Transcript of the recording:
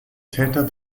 täter